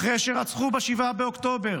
אחרי שרצחו ב-7 באוקטובר